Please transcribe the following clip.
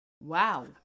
Wow